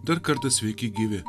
dar kartą sveiki gyvi